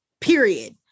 period